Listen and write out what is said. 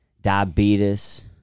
diabetes